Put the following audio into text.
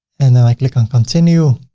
and then i click on continue,